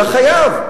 אלא חייב,